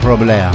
Problem